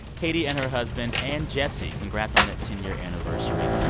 katie and her husband. and jessie, congrats on that ten year anniversary.